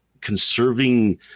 conserving